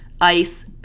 ice